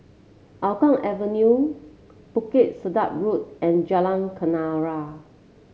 Hougang Avenue Bukit Sedap Road and Jalan Kenarah